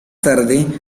tarde